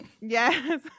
Yes